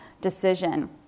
decision